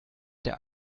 der